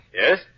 Yes